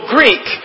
Greek